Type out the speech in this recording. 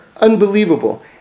unbelievable